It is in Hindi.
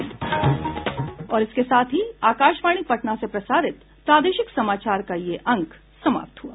इसके साथ ही आकाशवाणी पटना से प्रसारित प्रादेशिक समाचार का ये अंक समाप्त हुआ